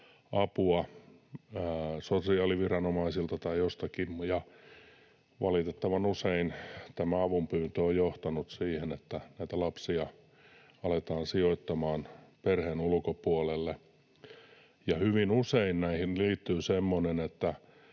apua sosiaaliviranomaisilta tai jostakin, ja valitettavan usein tämä avunpyyntö on johtanut siihen, että lapsia aletaan sijoittamaan perheen ulkopuolelle, ja hyvin usein näihin liittyy semmoinen,